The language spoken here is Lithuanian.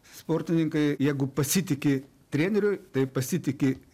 sportininkai jeigu pasitiki treneriu tai pasitiki